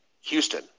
Houston